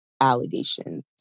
allegations